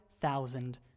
thousand